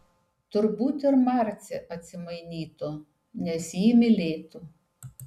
turbūt ir marcė atsimainytų nes jį mylėtų